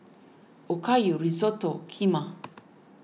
Okayu Risotto Kheema